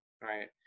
right